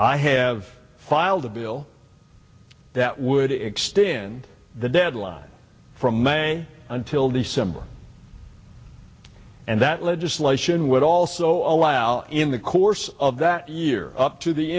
i have filed a bill that would extend the deadline from may until december and that legislation would also allow in the course of that year up to the